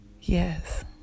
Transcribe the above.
Yes